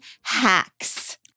hacks